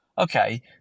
okay